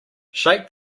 shake